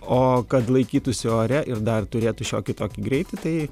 o kad laikytųsi ore ir dar turėtų šiokį tokį greitį tai